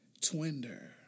Twinder